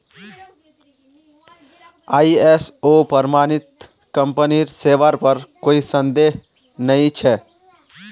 ISO प्रमाणित कंपनीर सेवार पर कोई संदेह नइ छ